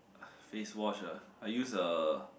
face wash ah I use uh